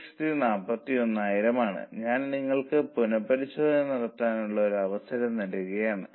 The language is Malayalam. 75 നെ 4 കൊണ്ട് ഗുണിച്ചാൽ നിങ്ങൾക്ക് 7 ലഭിക്കും 1